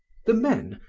the men,